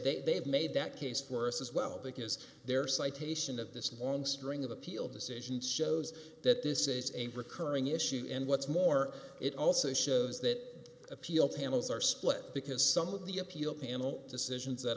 say they have made that case for us as well because they're citation of this long string of appeal decisions shows that this is a recurring issue and what's more it also shows that appeal tables are split because some of the appeal panel decisions that